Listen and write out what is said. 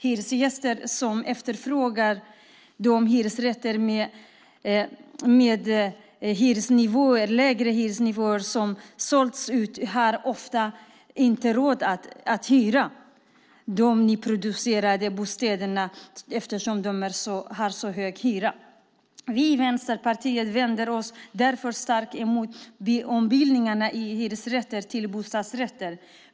Hyresgäster som efterfrågar hyresrätter med lägre hyresnivåer som sålts ut har ofta inte råd att hyra de nyproducerade bostäderna eftersom de har så hög hyra. Vi i Vänsterpartiet vänder oss därför starkt mot ombildningarna av hyresrätter till bostadsrätter.